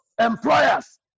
employers